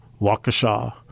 Waukesha